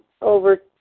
over